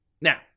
Now